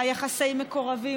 יחסי מקורבים,